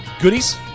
goodies